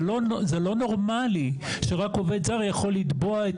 זה לא נורמלי שרק עובד זר יכול לתבוע את